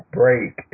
break